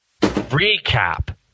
recap